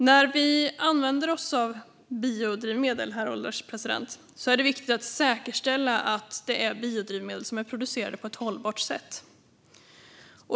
När vi använder oss av biodrivmedel är det viktigt att säkerställa att det är biodrivmedel som är producerade på ett hållbart sätt.